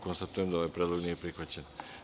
Konstatujem da ovaj predlog nije prihvaćen.